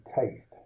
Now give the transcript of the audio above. taste